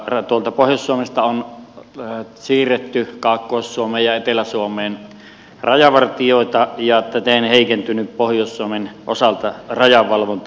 tuolta pohjois suomesta on siirretty kaakkois suomeen ja etelä suomeen rajavartioita ja täten heikennetty pohjois suomen osalta rajavalvontaa